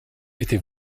était